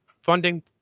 funding